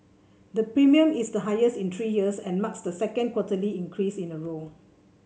the premium is the highest in three years and marks the second quarterly increase in a row